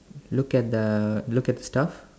look at the look at the stuff